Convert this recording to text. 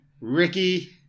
Ricky